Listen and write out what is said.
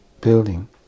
building